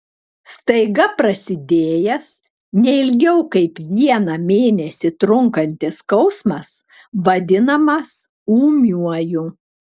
staiga prasidėjęs ne ilgiau kaip vieną mėnesį trunkantis skausmas vadinamas ūmiuoju